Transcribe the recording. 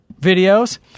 videos